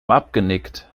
abgenickt